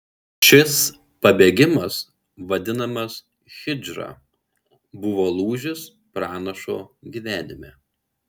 šis pabėgimas vadinamas hidžra buvo lūžis pranašo gyvenime